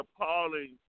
appalling